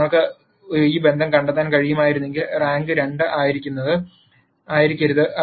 നിങ്ങൾക്ക് ഒരു ബന്ധം കണ്ടെത്താൻ കഴിയുമായിരുന്നെങ്കിൽ റാങ്ക് 2 ആയിരിക്കരുത്